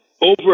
over